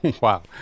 wow